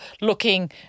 looking